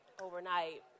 overnight